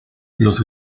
los